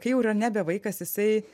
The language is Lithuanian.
kai jau yra nebe vaikas jisai